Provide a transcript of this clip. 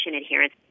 adherence